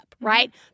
right